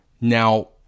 Now